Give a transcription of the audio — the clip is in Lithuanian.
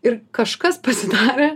ir kažkas pasidarė